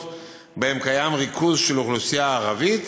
שבהם קיים ריכוז של אוכלוסייה ערבית,